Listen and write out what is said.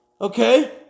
Okay